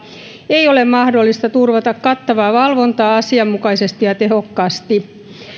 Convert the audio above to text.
ei ole mahdollista turvata kattavaa valvontaa asianmukaisesti ja tehokkaasti